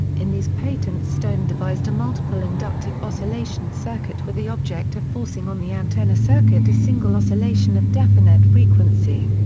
in these patents stone devised a multiple inductive inductive oscillation circuit with the object of forcing on the antenna circuit a single oscillation of definite frequency.